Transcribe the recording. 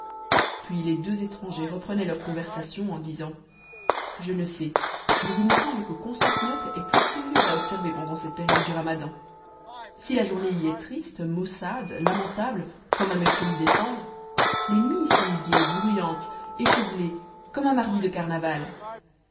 puis les deux étrangers reprenaient leur conversation en disant je ne sais mais il me semble que constantinople est plus curieuse à observer pendant cette période du ramadan si la journée y est triste maussade lamentable comme un mercredi des cendres les nuits y sont gaies bruyantes échevelées comme un mardi de carnaval